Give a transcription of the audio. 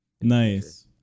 Nice